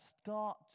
start